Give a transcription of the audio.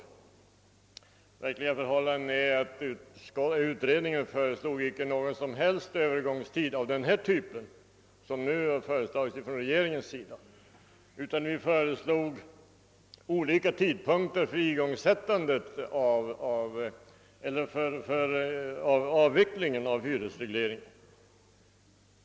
Det verkliga förhållandet är att utredningen inte föreslog någon som helst övergångstid av den typ som regeringen nu önskar genomföra, utan vi angav olika tidpunkter för avvecklingen av hyresregleringen.